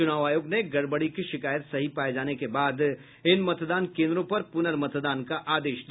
चुनाव आयोग ने गड़बड़ी की शिकायत सही पाये जाने के बाद इन मतदान केंद्रों पर पुनर्मतदान का आदेश दिया